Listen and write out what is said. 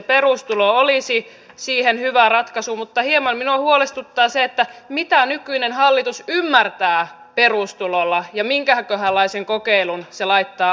perustulo olisi siihen hyvä ratkaisu mutta hieman minua huolestuttaa se mitä nykyinen hallitus ymmärtää perustulolla ja minkäköhänlaisen kokeilun se laittaa alulle